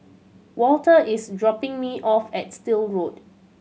Walter is dropping me off at Still Road